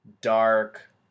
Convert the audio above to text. dark